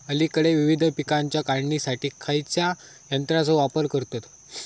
अलीकडे विविध पीकांच्या काढणीसाठी खयाच्या यंत्राचो वापर करतत?